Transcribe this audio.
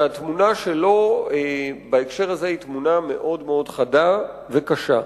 שהתמונה שלו בהקשר הזה היא חדה וקשה.